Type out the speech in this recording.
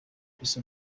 chris